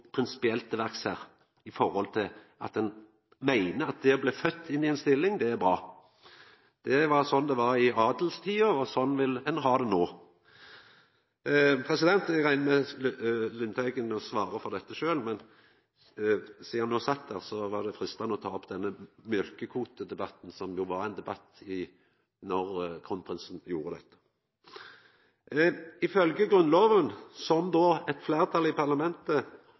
at ein meiner at det å bli født inn i ei stilling, det er bra. Det var sånn det var i adelstida, og sånn vil ein ha det no. Eg reknar med at Lundteigen svarer for dette sjølv, men sidan han sat her, var det freistande å ta opp denne mjølkekvotedebatten, som jo var ein debatt då kronprinsen gjorde dette. Ifølgje Grunnlova, som då eit fleirtal i parlamentet